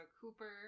Cooper